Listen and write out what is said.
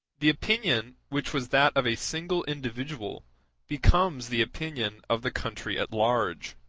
the opinion which was that of a single individual becomes the opinion of the country at large.